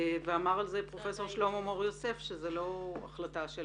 אמר על כך פרופסור שלמה מור יוסף שזאת לא החלטה של